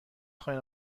خواین